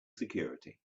security